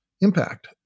impact